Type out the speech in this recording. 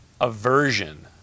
aversion